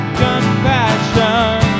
compassion